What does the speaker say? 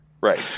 Right